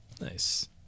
nice